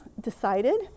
decided